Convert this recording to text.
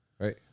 Right